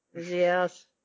Yes